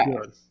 good